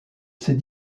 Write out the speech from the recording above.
ces